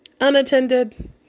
unattended